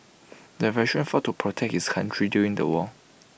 the veteran fought to protect his country during the war